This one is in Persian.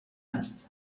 است